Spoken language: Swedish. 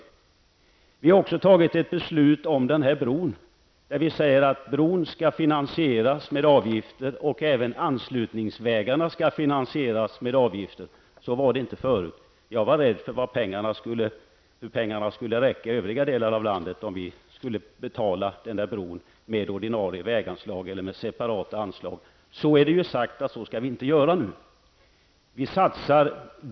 Riksdagen har också fattat ett beslut om bron som innebär att bron skall finansieras med hjälp av avgifter och att även anslutningsanvägarna skall finansieras med avgifter. Så var det inte tidigare. Jag var rädd för hur pengarna skulle räcka för övriga delar av landet om bron skulle betalas med ordinarie väganslag eller med separata anslag. Nu är det sagt att det inte skall vara så.